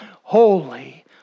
Holy